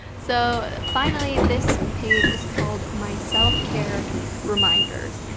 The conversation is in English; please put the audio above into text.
so finally, this page is called my self-care reminders.